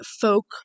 folk